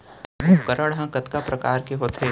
उपकरण हा कतका प्रकार के होथे?